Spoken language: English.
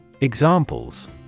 Examples